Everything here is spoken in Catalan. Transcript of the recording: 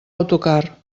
autocar